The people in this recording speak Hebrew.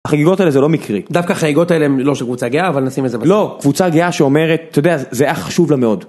החגיגות האלה זה לא מקרי. דווקא החגיגות האלה הם לא של קבוצה גאה, אבל נשים את זה בצד. לא, קבוצה גאה שאומרת, אתה יודע, זה היה חשוב לה מאוד.